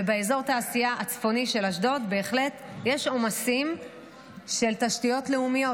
ובאזור התעשייה הצפוני של אשדוד בהחלט יש עומסים של תשתיות לאומיות.